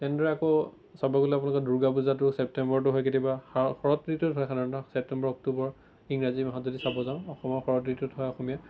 তেনেদৰে আকৌ চাব গ'লে আপোনালোকে দুৰ্গা পূজাটো ছেপ্টেম্বৰতো হয় কেতিয়াবা শৰৎ ঋতুত হয় সাধাৰণতে ছেপ্টেম্বৰ অক্টোবৰ ইংৰাজী মাহত যদি চাব যাওঁ অসমৰ শৰৎ ঋতুত হয় অসমীয়াত